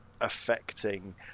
affecting